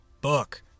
book